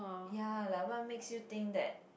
ya like what makes you think that